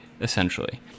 essentially